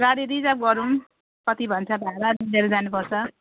गाडी रिजर्भ गरौँ कति भन्छ भाडा मिलेर जानुपर्छ